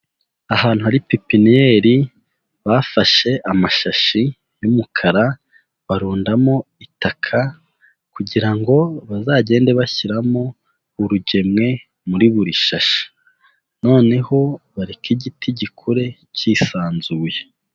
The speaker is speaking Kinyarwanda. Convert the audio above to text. Ahantu hari pipiniyeli bafashe amashashi y'umukara barundamo itaka kugira ngo bazagende bashyiramo urugemwe muri buri shashi noneho bareke igiti gikore cyisanzuye.